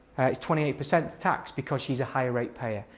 it's twenty eight percent tax because she's a high rate payer.